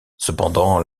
cependant